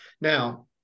Now